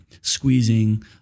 squeezing